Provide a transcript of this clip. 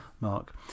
Mark